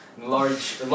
large